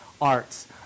arts